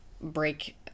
break